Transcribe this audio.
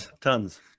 tons